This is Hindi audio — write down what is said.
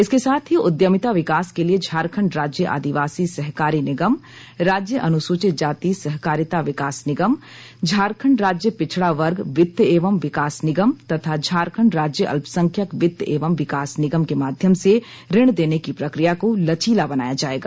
इसके साथ ही उद्यमिता विकास के लिए झारखंड राज्य आदिवासी सहकारी निगम राज्य अनुसूचित जाति सहकारिता विकास निगम झारखंड राज्य पिछड़ा वर्ग वित्त एवं विकास निगम तथा झारखंड राज्य अल्पसंख्यक वित्त एवं विकास निगम के माध्यम से ऋण देने की प्रक्रिया को लचीला बनाया जायेगा